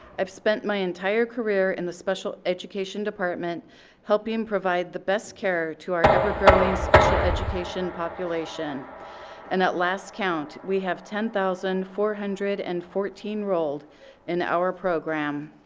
i've spent my entire career in the special education department helping provide the best care to our ever growing special education population and at last count, we have ten thousand four hundred and fourteen enrolled in our program.